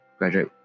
graduate